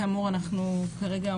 כרגע אנחנו מאומצות,